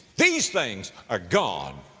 these things are gone.